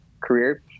career